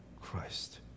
Christ